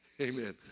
Amen